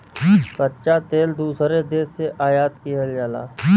कच्चा तेल दूसरे देश से आयात किहल जाला